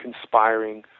conspiring